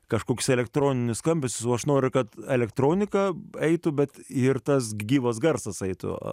kažkoks elektroninius skambesius aš noriu kad elektronika eitų bet ir tas gyvas garsas eitų